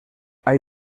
hay